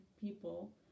people